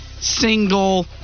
single